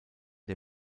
der